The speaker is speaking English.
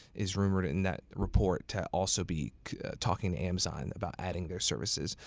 is rumored in that report to also be talking to amazon about adding their services.